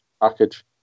package